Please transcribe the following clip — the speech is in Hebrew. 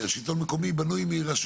יש משרד נגב וגליל.